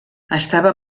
estava